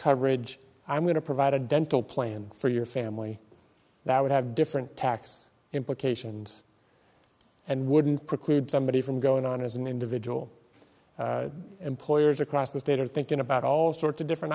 coverage i'm going to provide a dental plan for your family that would have different tax implications and wouldn't preclude somebody from going on as an individual employers across the state are thinking about all sorts of different